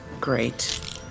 Great